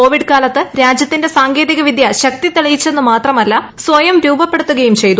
Covid കാലത്ത് രാജ്യത്തിന്റെ സ്ഉക്കേതികവിദ്യ ശക്തി തെളിയിച്ചെന്ന് മാത്രമല്ല സ്വയം രൂപ്പപ്പെടുത്തുകയും ചെയ്തു